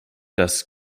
dass